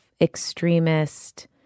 extremist